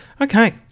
okay